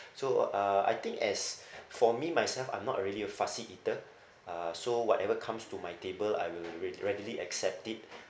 so uh I think as for me myself I'm not a really a fussy eater uh so whatever comes to my table I will rea~ readily accept it